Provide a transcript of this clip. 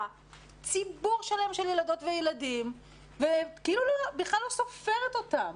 ציבור שלם של ילדות וילדים ובכלל לא סופרת אותם,